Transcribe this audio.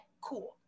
cool